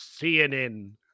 CNN